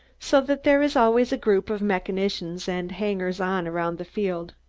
so that there is always a group of mechanicians and hangers-on around the field.